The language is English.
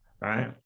right